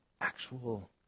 actual